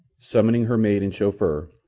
summoning her maid and chauffeur,